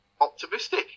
optimistic